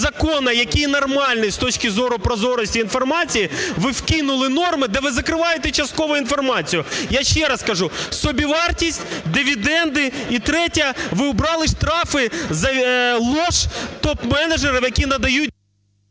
який нормальний з точки зору прозорості інформації, ви вкинули норми, де ви закриваєте частково інформацію. Я ще раз кажу: собівартість, дивіденди і, третє, ви убрали штрафи за ложь топ-менеджерів, які надають…